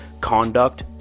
conduct